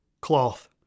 cloth